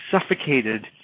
suffocated